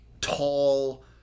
tall